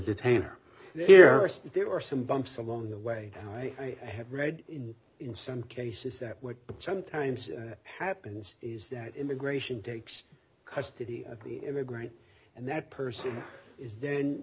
detain or here there are some bumps along the way i have read in some cases that what sometimes happens is that immigration takes custody of the immigrant and that person is